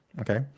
Okay